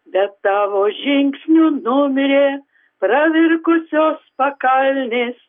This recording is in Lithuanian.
be tavo žingsnių numirė pravirkusios pakalnės